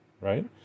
right